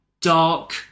dark